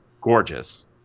gorgeous